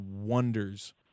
wonders